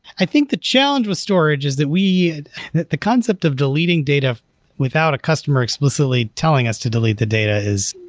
i think the challenge with storage is that we the concept of deleting data without a customer explicitly telling us to delete the data is,